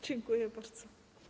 Dziękuję bardzo.